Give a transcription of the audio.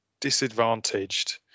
disadvantaged